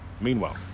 Meanwhile